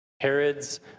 Herod's